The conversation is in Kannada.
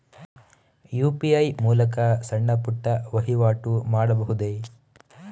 ಯು.ಪಿ.ಐ ಮೂಲಕ ಸಣ್ಣ ಪುಟ್ಟ ವಹಿವಾಟು ಮಾಡಬಹುದೇ?